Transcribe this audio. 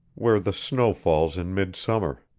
where the snow falls in midsummer.